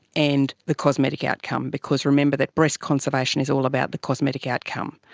and the cosmetic outcome, because remember that breast conservation is all about the cosmetic outcome.